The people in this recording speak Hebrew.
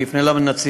אני אפנה לנציב,